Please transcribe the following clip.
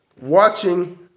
watching